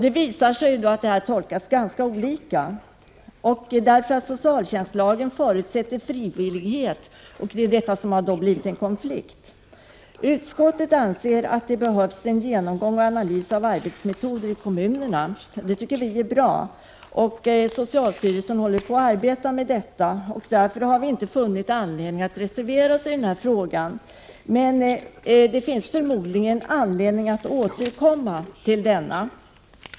Det finns ganska olika tolkningar av detta, därför att social tjänstlagen förutsätter frivillighet. Det är alltså detta som har gett upphov till en konflikt. Utskottet anser att det behövs en genomgång och en analys av arbetsmetoderna i detta sammanhang ute i kommunerna. Det tycker vi är bra. Socialstyrelsen arbetar med detta. Därför har vi inte funnit någon anledning att reservera oss i frågan. Men det finns förmodligen anledning att återkomma till denna.